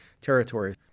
territory